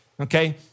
okay